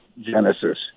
Genesis